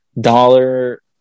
dollar